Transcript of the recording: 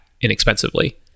inexpensively